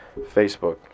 Facebook